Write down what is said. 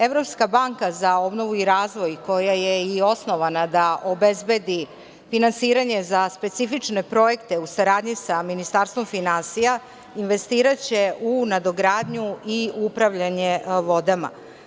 Evropska banka za obnovu i razvoj koja i osnovana da obezbedi finansiranje za specifične projekte u saradnji sa Ministarstvom finansija investiraće u nadogradnju i upravljanje vodama.